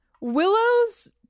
Willow's